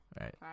Right